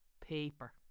Paper